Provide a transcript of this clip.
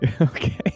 Okay